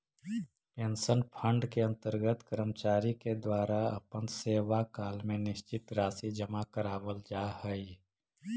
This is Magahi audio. पेंशन फंड के अंतर्गत कर्मचारि के द्वारा अपन सेवाकाल में निश्चित राशि जमा करावाल जा हई